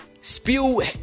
spew